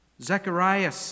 Zechariah